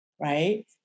Right